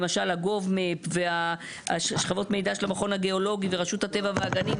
למשל ה-govMap וכל שכבות המידע של המכון הגיאולוגי ורשות הטבע והגנים.